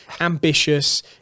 ambitious